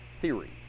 theory